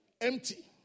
empty